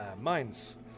mines